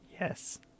Yes